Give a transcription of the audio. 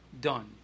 done